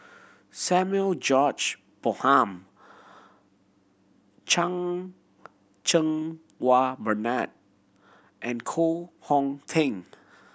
Samuel George Bonham Chan Cheng Wah Bernard and Koh Hong Teng